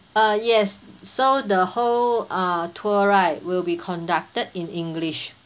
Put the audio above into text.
uh yes so the whole uh tour right will be conducted in english